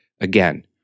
again